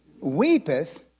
Weepeth